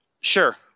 Sure